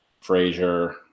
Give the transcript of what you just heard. Frazier